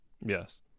Yes